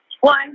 One